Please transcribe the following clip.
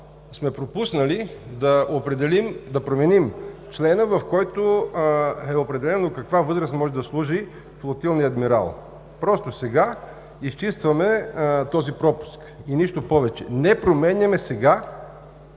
сме пропуснали да променим члена, в който е определено каква възраст може да служи флотилният адмирал. Просто сега изчистваме този пропуск и нищо повече. Не променяме името